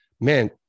Man